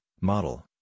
model